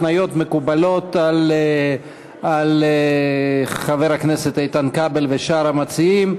ההתניות מקובלות על חבר הכנסת איתן כבל ושאר המציעים?